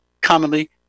commonly